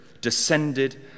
descended